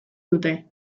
dute